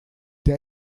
der